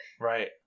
Right